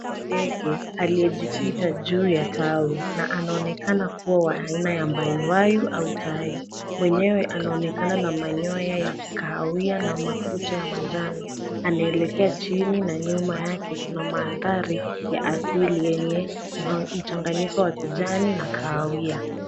Ni ndege aliyejikita juu ya tawi na anaonekana kuwa wa aina ya mbayuwayu au tai. Mwenyewe anaonekana na manyoya ya kahawia na makucha ya manjano. Anaelekea chini na nyuma yake kuna mandhari ya asili yenye mchanganyiko wa kijani na kahawia.